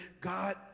God